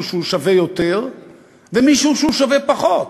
שהוא שווה יותר ומישהו שהוא שווה פחות.